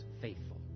faithful